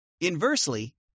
Inversely